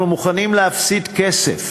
אנחנו מוכנים להפסיד כסף